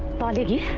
body